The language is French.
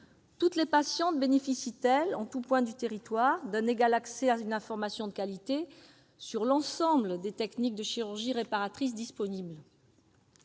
toutes les patientes bénéficient-elles, en tout point du territoire, d'un égal accès à une information de qualité sur l'ensemble des techniques de chirurgie réparatrice disponibles ?